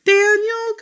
Daniel